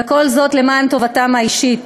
וכל זאת למען טובתם האישית.